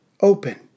open